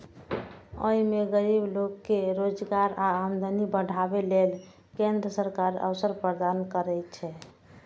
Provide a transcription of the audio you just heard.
अय मे गरीब लोक कें रोजगार आ आमदनी बढ़ाबै लेल केंद्र सरकार अवसर प्रदान करै छै